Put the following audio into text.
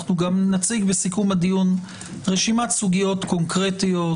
אנחנו גם נציג בסיכום הדיון רשימת סוגיות קונקרטיות,